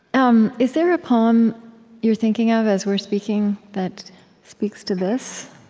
um is there a poem you're thinking of, as we're speaking, that speaks to this?